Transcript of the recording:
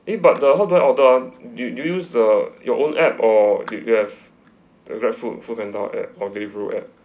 eh but the how do I order do do you use uh your own app or you you have grabfood foodpanda app or delivery app